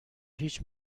هیچ